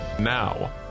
Now